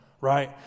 Right